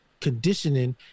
conditioning